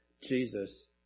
Jesus